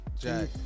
Jack